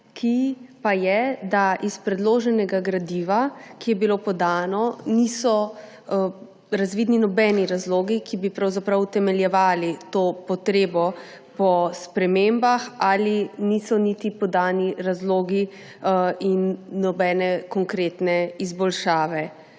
ki pa je, da iz predloženega gradiva, ki je bilo podano, niso razvidni nobeni razlogi, ki bi utemeljevali potrebo po spremembah, ali niso niti podani razlogi in nobene konkretne izboljšave.